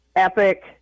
epic